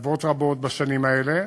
הטבות רבות, בשנים האלה,